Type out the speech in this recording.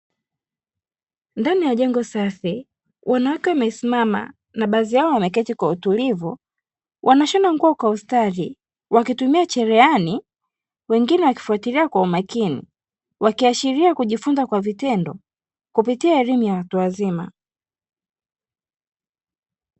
Ndani ya jengo safi, wanawake wamesimama na baadhi yao wameketi kwa utulivu, wanashona nguo kwa ustadi na wakitumia cherehani. Wengine wakifwatilia kwa umakini, wakiashiria kujifunza kwa vitendo kupitia elimu ya watu wazima.